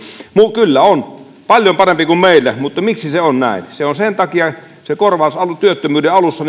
kyllä on paljon parempi kuin meillä mutta miksi se on näin sen takia se korvaus työttömyyden alussa